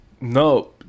No